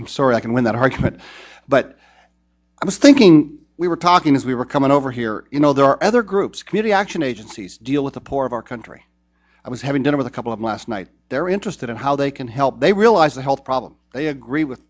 i'm sorry i can win that argument but i was thinking we were talking as we were coming over here you know there are other groups community action agencies deal with the poor of our country i was having dinner with a couple of last night they're interested in how they can help they realize the health problem they agree with